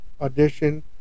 Audition